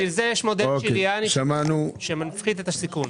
בשביל זה יש מודל צ'יליאני, שמפחית את הסיכון.